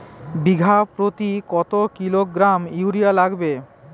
বিঘাপ্রতি কত kilogram urea লাগবে?